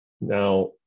Now